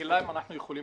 האם אתם יכולים